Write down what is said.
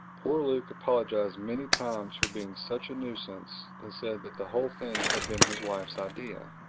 poor luke apologized many times for being such a nuisance and said that the whole thing had been his wife's idea.